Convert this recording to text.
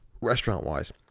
restaurant-wise